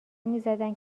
میزدن